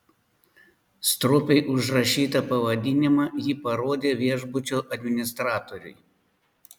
stropiai užrašytą pavadinimą ji parodė viešbučio administratoriui